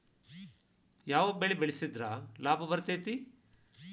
ಯಾವ ಬೆಳಿ ಬೆಳ್ಸಿದ್ರ ಲಾಭ ಬರತೇತಿ?